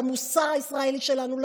למוסר הישראלי שלנו,